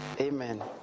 Amen